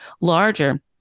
larger